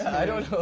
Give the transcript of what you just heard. i don't know.